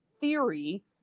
theory